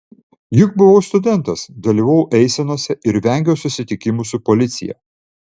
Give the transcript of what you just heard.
juk buvau studentas dalyvavau eisenose ir vengiau susitikimų su policija